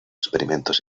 experimentos